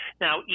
Now